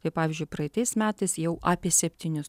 kaip pavyzdžiui praeitais metais jau apie septynis